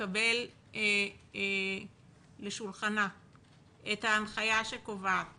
לקבל לשולחנה את ההנחיה שקובעת